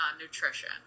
Nutrition